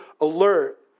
alert